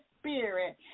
Spirit